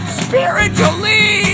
spiritually